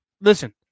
Listen